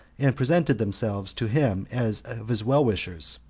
and presented themselves to him as his well-wishers,